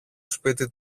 σπίτι